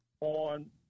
on